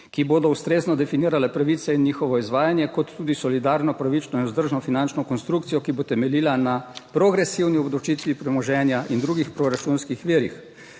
ki bodo ustrezno definirale pravice in njihovo izvajanje, kot tudi solidarno, pravično in vzdržno finančno konstrukcijo, ki bo temeljila na progresivni obdavčitvi premoženja in drugih proračunskih virih.